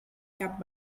cap